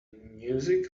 music